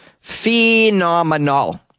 Phenomenal